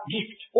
Gift